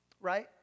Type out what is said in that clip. right